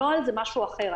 הנוהל זה משהו אחר.